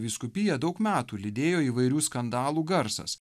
vyskupiją daug metų lydėjo įvairių skandalų garsas